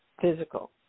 physical